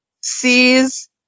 sees